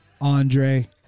Andre